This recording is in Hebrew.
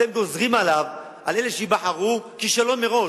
אתם גוזרים על אלה שייבחרו כישלון מראש.